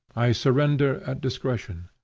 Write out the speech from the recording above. i surrender at discretion.